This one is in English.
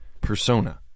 persona